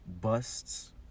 busts